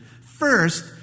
First